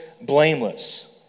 blameless